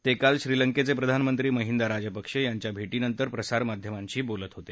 ते काल श्रीलंकेचे प्रधानमंत्री महिंदा राजपक्षे यांच्या भेटीनंतर प्रसार माध्यमांशी बोलत होते